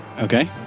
Okay